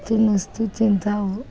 ತಿನ್ನಸ್ತ್ವಿ ತಿಂತಾವು